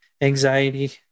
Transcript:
anxiety